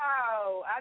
wow